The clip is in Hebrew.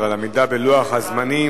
על עמידה בלוח הזמנים.